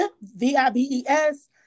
V-I-B-E-S